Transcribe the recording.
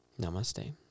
Namaste